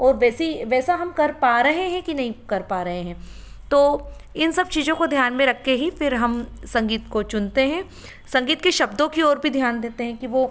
और वैसे ही वैसा हम कर पा रहे हैं कि नहीं कर पा रहे हैं तो इन सब चीज़ों को ध्यान में रख के ही फिर हम संगीत को चुनते हैं संगीत के शब्दों की ओर भी ध्यान देते हें कि वो